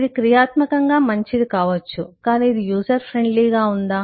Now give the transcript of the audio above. ఇది క్రియాత్మకంగా మంచిది కావచ్చు కాని ఇది యూజర్ ఫ్రెండ్లీగా ఉందా